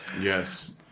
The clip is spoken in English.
yes